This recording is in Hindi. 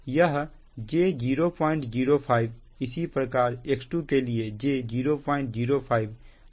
यह j 005 इसी प्रकार X2 के लिए j0052 pu होगा